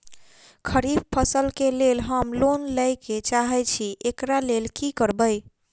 खरीफ फसल केँ लेल हम लोन लैके चाहै छी एकरा लेल की करबै?